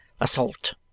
Assault